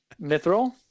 Mithril